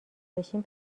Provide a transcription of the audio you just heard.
بشیم